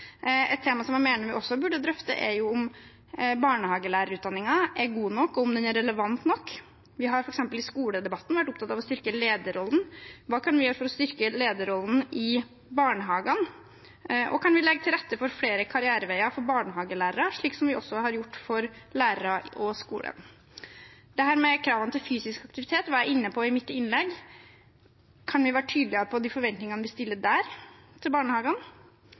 Et tema som jeg mener vi også burde drøfte, er om barnehagelærerutdanningen er god nok, og om den er relevant nok. Vi har f.eks. i skoledebatten vært opptatt av å styrke lederrollen. Hva kan vi gjøre for å styrke lederrollen i barnehagene? Og kan vi legge til rette for flere karriereveier for barnehagelærere, slik som vi også har gjort for lærerne og skolen? Kravene til fysisk aktivitet var jeg inne på i mitt innlegg. Kan vi være tydeligere på de forventningene vi stiller til barnehagene der? Og til